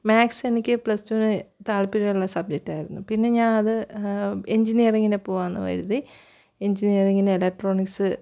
maths എനിക്ക് plus റ്റുവിന് താല്പര്യമുള്ള സബ്ജക്റ്റായിരുന്നു പിന്നെ ഞാൻ അത് എഞ്ചിനീയറിംഗിന് പോവാമെന്നു കരുതി എഞ്ചിനീയറിംഗിന് ഇലക്ട്രോണിക്സ്